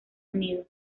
unidos